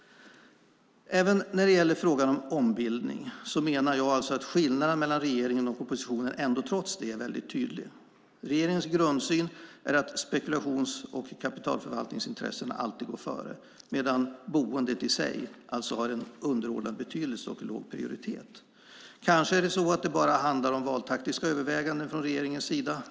Även när det gäller frågan om ombildning menar jag att skillnaderna mellan regeringen och oppositionen är tydliga. Regeringens grundsyn är att spekulations och kapitalförvaltningsintressena alltid går före medan boendet i sig har en underordnad betydelse och låg prioritet. Kanske handlar det bara om valtaktiska överväganden från regeringens sida.